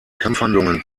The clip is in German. kampfhandlungen